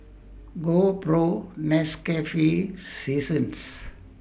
GoPro Nescafe Seasons